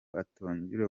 atongera